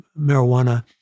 marijuana